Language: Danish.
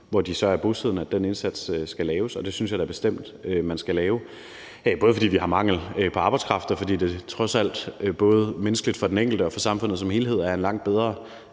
hvor de så er bosiddende at den indsats skal laves, og den synes jeg da bestemt at man skal lave, både fordi vi har mangel på arbejdskraft, og fordi det trods alt både menneskeligt for den enkelte og for samfundet som helhed er en langt bedre